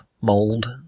mold